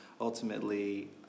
Ultimately